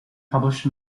published